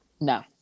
No